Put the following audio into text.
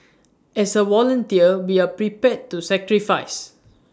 as A volunteer we are prepared to sacrifice